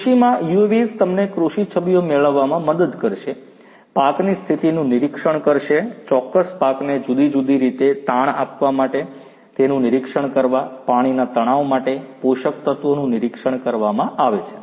કૃષિમાં UAVs તમને કૃષિ છબીઓ મેળવવામાં મદદ કરશે પાકની સ્થિતિનું નિરીક્ષણ કરશે ચોક્કસ પાકને જુદી જુદી રીતે તાણ આપવા માટે તેનું નિરીક્ષણ કરવાપાણીના તણાવ માટે પોષક તત્વો નું નિરક્ષણ કરવામાં આવે છે